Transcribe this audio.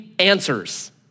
answers